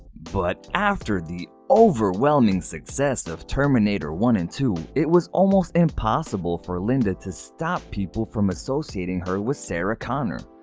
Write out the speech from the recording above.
but after the overwhelming success of terminator one and two, it was almost impossible for linda to stop people from associating her only with sarah connor.